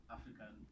African